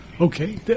Okay